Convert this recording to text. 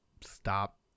Stop